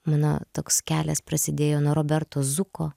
mano toks kelias prasidėjo nuo roberto zuko